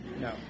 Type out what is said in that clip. no